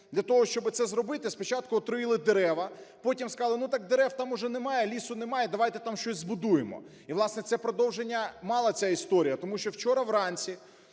Для того, щоб це зробити, спочатку отруїли дерева, потім скажуть: "Ну, так дерев там вже немає, лісу немає – давайте там щось збудуємо". І власне, це продовження мала ця історія. Тому що вчора вранці